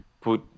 put